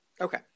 Okay